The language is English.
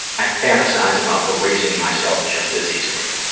i fantasize about erasing myself just as easily.